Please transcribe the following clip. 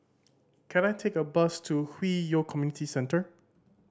can I take a bus to Hwi Yoh Community Centre